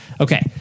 Okay